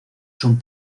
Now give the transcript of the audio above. son